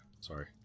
sorry